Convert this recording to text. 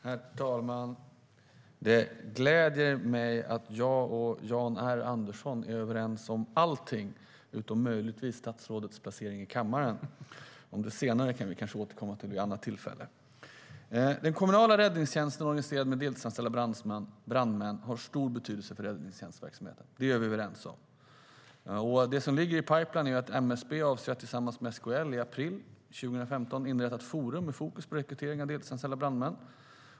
Herr talman! Det gläder mig att jag och Jan R Andersson är överens om allt. Den kommunala räddningstjänsten, som är organiserad med deltidsanställda brandmän, har stor betydelse för räddningstjänstverksamheten. Det är vi överens om. I pipeline ligger att MSB avser att tillsammans med SKL i april 2015 inrätta ett forum med fokus på rekrytering av deltidsanställda brandmän.